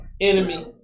enemy